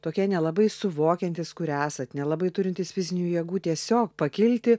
tokia nelabai suvokiantys kur esat nelabai turintys fizinių jėgų tiesiog pakilti